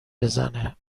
بزنه